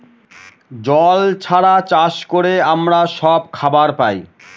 জল ছাড়া চাষ করে আমরা সব খাবার পায়